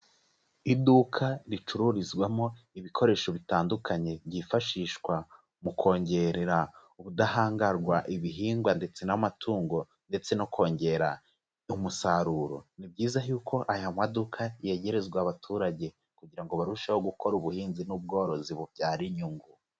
Iduka ricururizwamo ibikoresho bitandukanye byifashishwa mu kongerera ubudahangarwa ibihingwa ndetse n'amatungo ndetse no kongera umusaruro, ni byiza yuko aya maduka yegerezwa abaturage kugira barusheho gukora ubuhinzi n'ubworozi bubyara inyungu.